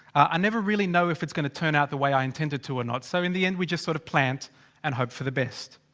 i never really know if it's going to turn out the way i intend it to or not, so in the end we just sort of plant and hope for the best.